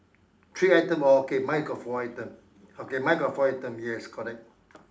three item oh okay mine is got four item okay mine got four item yes correct